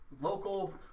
Local